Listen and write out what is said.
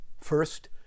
First